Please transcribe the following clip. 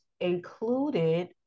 included